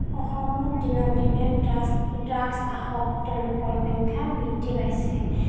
অসমত দিনক দিনে ড্ৰাছ ড্ৰাগছ আসক্ত লোকৰ সংখ্যা বৃদ্ধি পাইছে